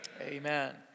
amen